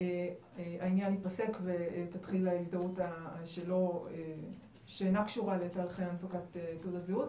העניין ייפסק ותתחיל ההזדהות שאינה קשורה לתאריכי הנפקת תעודת זהות.